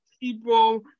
people